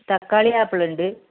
തക്കാളി ആപ്പിള് ഉണ്ട്